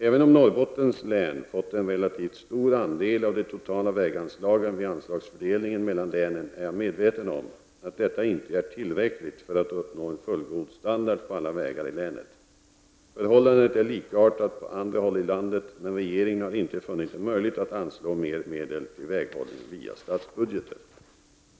Även om Norrbottens län fått en relativt stor andel av de totala väganslagen vid anslagsfördelningen mellan länen är jag medveten om att detta inte är tillräckligt för att uppnå en fullgod standard på alla vägar i länet. Förhål landet är likartat på andra håll i landet, men regeringen har inte funnit det möjligt att anslå mer medel till väghållningen via statsbudgeten.